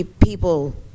people